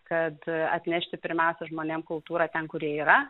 kad atnešti pirmiausia žmonėm kultūrą ten kur jie yra